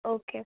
okay